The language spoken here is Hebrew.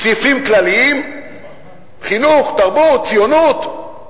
סעיפים כלליים: חינוך, תרבות, ציונות.